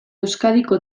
euskadiko